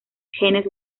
genes